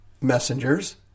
messengers